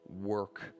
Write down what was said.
work